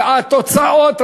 והתוצאות,